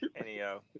Anyhow